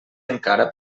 encara